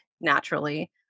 naturally